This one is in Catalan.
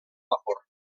vapor